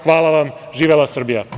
Hvala vam, živela Srbija!